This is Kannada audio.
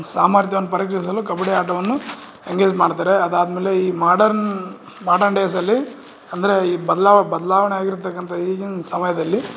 ಸಾಮರ್ಥ್ಯವನ್ನ ಪರೀಕ್ಷಿಸಲು ಕಬಡ್ಡಿ ಆಟವನ್ನು ಎಂಗೇಜ್ ಮಾಡ್ತಾರೆ ಅದಾದ ಮೇಲೆ ಈ ಮಾಡರ್ನ್ ಮಾಡನ್ ಡೇಸಲ್ಲಿ ಅಂದರೆ ಈ ಬದ್ಲಾವ ಬದ್ಲಾವಣೆಯಾಗಿರ್ತಕ್ಕಂಥ ಈಗಿನ ಸಮಯದಲ್ಲಿ